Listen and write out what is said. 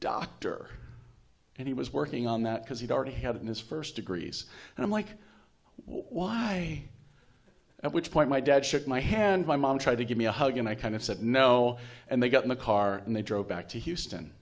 doctor and he was working on that because he'd already had his first degrees and i'm like why at which point my dad shook my hand my mom tried to give me a hug and i kind of said no and they got in the car and they drove back to houston